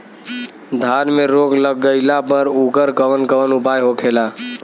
धान में रोग लग गईला पर उकर कवन कवन उपाय होखेला?